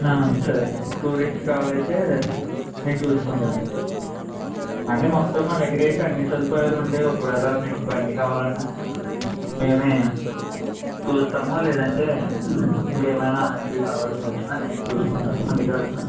సరే అండి tourist travel అయితే నేను చూసుకుంటాను అండి అది అంటే మొత్తం మా దగ్గర అయితే అన్నీ సదుపాయాలు ఉంటాయి ఒకవేళ మీకు బండి కావాలన్న మేము చూస్తాము లేదంటే ఇంకా ఏమైన అలాంటివి కావాల్సి వచ్చిన నేను చూసుకుంటాను అందుకే అడుగుతున్నాను